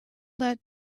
that